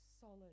solid